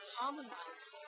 harmonize